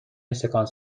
سکانس